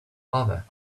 other